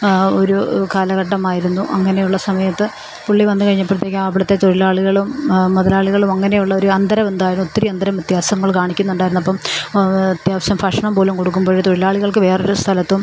ഒരു കാലഘട്ടമായിരുന്നു അങ്ങനെയുള്ള സമയത്ത് പുള്ളി വന്നു കഴിഞ്ഞപ്പോഴത്തേക്ക് അവിടുത്തെ തൊഴിലാളികളും മുതലാളികളും അങ്ങനെയുള്ളൊരു അന്തരം ഒത്തിരി അന്തര വ്യത്യാസങ്ങൾ കാണിക്കുന്നുണ്ടായിരുന്നപ്പം അത്യാവശ്യം ഭക്ഷണം പോലും കൊടുക്കുമ്പോൾ തൊഴിലാളികൾക്കു വേറൊരു സ്ഥലത്തും